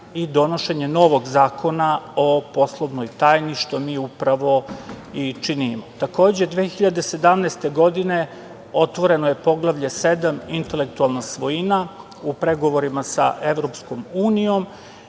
i donošenje novog Zakona o poslovnoj tajni, što mi upravo i činimo. Takođe, 2017. godine otvoreno je Poglavlje 7 - intelektualna svojina, u pregovorima sa EU i